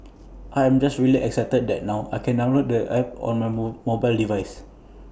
I am just really excited that now I can download the app on my mobile devices